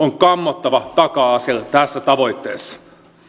kammottava taka askel tässä tavoitteessa